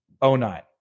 09